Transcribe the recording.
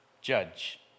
judge